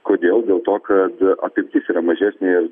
kodėl dėl to kad apimtis yra mažesnė